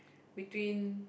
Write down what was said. between